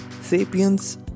Sapiens